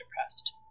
depressed